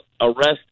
arrest